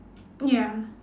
ya